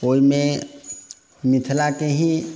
ओइमे मिथिलाके ही